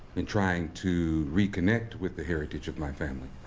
in trying to reconnect with the heritage of my family,